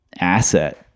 asset